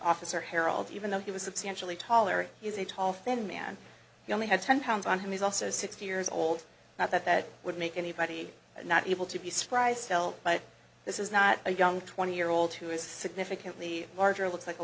officer harold even though he was substantially taller he is a tall thin man he only had ten pounds on him he's also sixty years old not that that would make anybody not able to be surprised but this is not a young twenty year old who is significantly larger looks like a